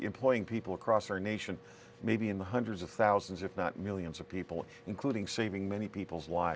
employing people across our nation maybe in the hundreds of thousands if not millions of people including saving many people's lives